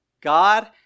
God